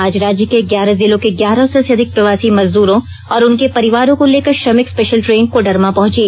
आज राज्य के ग्यारह जिलों के ग्यारह सौ से अधिक प्रवासी मजदूरों और उनके परिवारों को लेकर श्रमिक स्पेशल ट्रेन कोडरमा पहंची